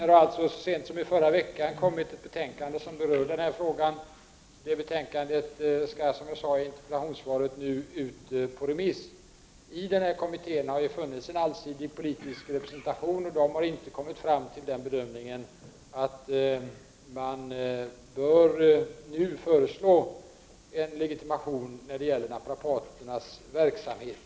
Fru talman! Så sent som förra veckan kom ett betänkande som berör den här frågan. Det betänkandet skall, som jag sade i frågesvaret, nu ut på remiss. I kommittén har det funnits en allsidig politisk representation. Man har emellertid inte gjort bedömningen att förslag bör läggas fram om legitimation när det gäller naprapaternas verksamhet.